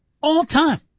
all-time